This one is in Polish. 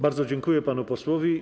Bardzo dziękuję panu posłowi.